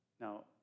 Now